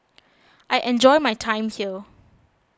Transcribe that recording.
I enjoy my time here